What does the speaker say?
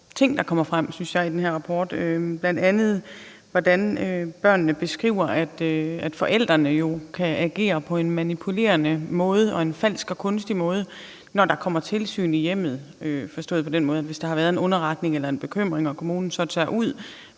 interessante ting frem i den her rapport, bl.a. at børnene beskriver, hvordan forældrene jo kan agere på en manipulerende måde og en falsk og kunstig måde, når der kommer tilsyn i hjemmet – forstået på den måde, at hvis der har været en underretning eller en bekymring og kommunen så tager ud